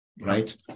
right